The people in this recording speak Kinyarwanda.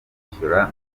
nishyura